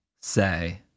say